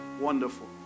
wonderful